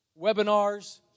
Webinars